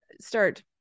start